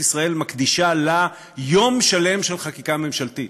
ישראל מקדישה לה יום שלם של חקיקה ממשלתית,